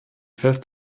fest